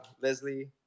Leslie